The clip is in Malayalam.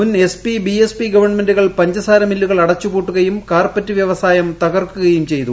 മുൻ എസ് പി ബിഎസ്പി ഗവൺമെന്റുകൾ പഞ്ചാസാര മില്ലുകൾ അടച്ചുപൂട്ടുകയും കാർപ്പറ്റ് വൃവസായം തകർക്കുകയും ചെയ്തു